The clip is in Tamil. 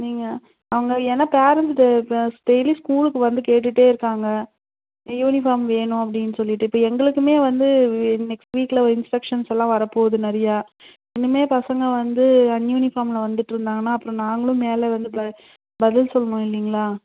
நீங்கள் அவங்க ஏன்னா பேரெண்ட்ஸ் டெய்லி ஸ்கூலுக்கு வந்து கேட்டுட்டே இருக்காங்க யூனிஃபார்ம் வேணும் அப்படின்னு சொல்லிவிட்டு இப்போ எங்களுக்குமே வந்து நெக்ஸ்ட் வீக்கில் இன்ஸ்பெக்ஷன்ஸ் எல்லாம் வரப்போகுது நிறையா இனிமேல் பசங்க வந்து அன்யூனிஃபார்மில் வந்துட்டு இருந்தாங்கன்னா அப்புறம் நாங்களும் மேலே வந்து பதில் சொல்லணும் இல்லைங்களா